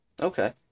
Okay